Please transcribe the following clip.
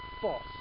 false